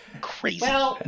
crazy